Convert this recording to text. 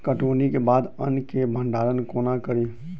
कटौनीक बाद अन्न केँ भंडारण कोना करी?